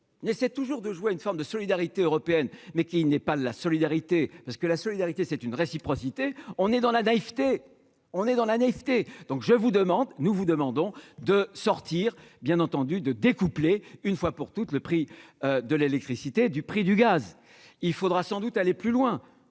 n'essaie toujours de jouer une forme de solidarité européenne, mais qui n'est pas de la solidarité parce que la solidarité c'est une réciprocité, on est dans la naïveté, on est dans la netteté, donc je vous demande, nous vous demandons de sortir bien entendu de découpler une fois pour toutes, le prix de l'électricité du prix du gaz, il faudra sans doute aller plus loin,